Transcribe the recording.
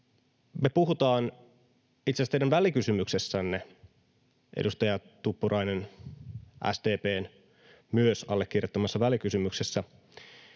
toiminut: Itse asiassa teidän välikysymyksessänne, edustaja Tuppurainen — ja SDP:n myös allekirjoittamassa välikysymyksessä